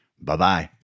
Bye-bye